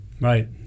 Right